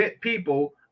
people